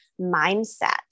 mindset